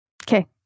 Okay